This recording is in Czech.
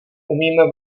umíme